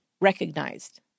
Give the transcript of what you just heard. recognized